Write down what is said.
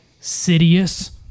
Sidious